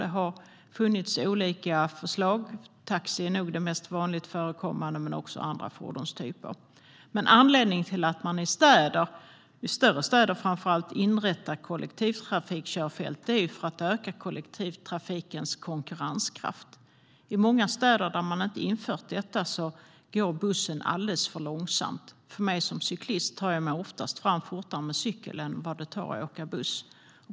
Det har funnits olika förslag, och taxi är nog det mest vanligt förekommande. Men det har även varit fråga om andra fordonstyper. Anledningen till att man i städer, framför allt i större städer, inrättar kollektivtrafikkörfält är att man vill öka kollektivtrafikens konkurrenskraft. I många städer där man inte har infört detta går bussen alldeles för långsamt. Jag som cyklist tar mig oftast fram fortare med cykel än med buss.